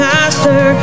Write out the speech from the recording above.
Master